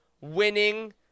winning